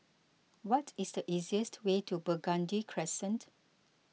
what is the easiest way to Burgundy Crescent